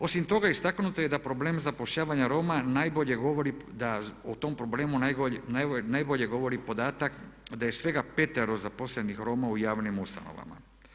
Osim toga, istaknuto je da problem zapošljavanja Roma najbolje govori da o tom problemu najbolje govori podatak da je svega petero zaposlenih Roma u javnim ustanovama.